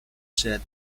said